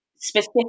specific